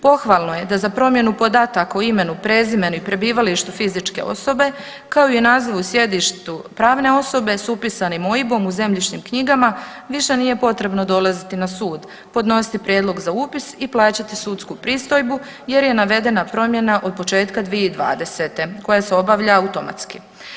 Pohvalno je da za promjenu podataka o imenu, prezimenu i prebivalištu fizičke osobe, kao i nazivu sjedišta pravne osobe s upisanim OIB-om u zemljišnim knjigama više nije potrebno dolaziti na sud, podnositi prijedlog za upis i plaćati sudsku pristojbu jer je navedena promjena od početka 2020. koja se obavlja automatski.